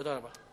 תודה רבה.